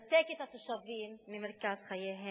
ינתק את התושבים ממרכז חייהם.